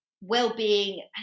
well-being